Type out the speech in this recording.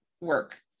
work